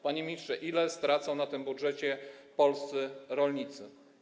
Panie ministrze, ile stracą na tym budżecie polscy rolnicy?